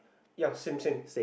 ya same same